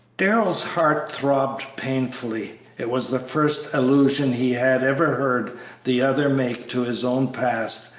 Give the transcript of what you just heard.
darrell's heart throbbed painfully it was the first allusion he had ever heard the other make to his own past,